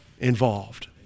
involved